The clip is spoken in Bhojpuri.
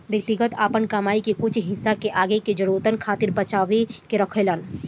व्यक्ति आपन कमाई के कुछ हिस्सा के आगे के जरूरतन खातिर बचा के रखेलेन